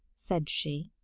said she.